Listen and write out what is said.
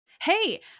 Hey